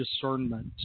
discernment